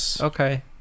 Okay